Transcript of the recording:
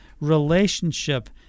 relationship